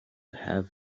have